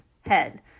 head